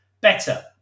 better